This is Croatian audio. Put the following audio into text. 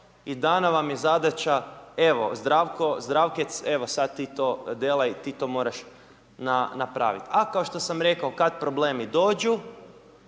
i dana vam je zadaća evo Zdravko, Zdravkec evo sad ti to delaj ti to moraš napraviti. A kao što sam rekao kad problemi dođu,